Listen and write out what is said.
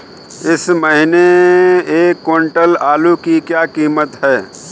इस महीने एक क्विंटल आलू की क्या कीमत है?